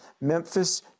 Memphis